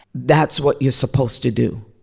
that's what you're supposed to do.